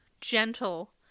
gentle